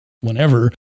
whenever